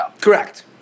Correct